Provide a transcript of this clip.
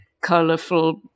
colorful